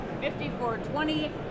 5420